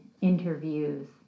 interviews